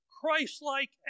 Christ-like